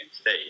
State